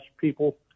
people